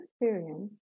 experience